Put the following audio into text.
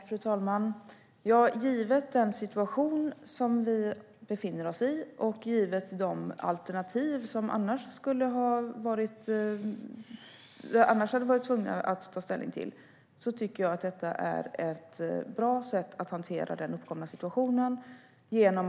Fru talman! Givet den situation som vi befinner oss i och givet de alternativ som vi annars hade varit tvungna att ta ställning till tycker jag att detta är ett bra sätt att hantera den uppkomna situationen.